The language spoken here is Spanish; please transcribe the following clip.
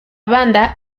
banda